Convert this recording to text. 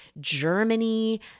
Germany